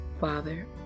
Father